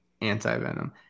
anti-venom